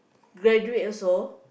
graduate also